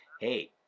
hey